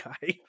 guy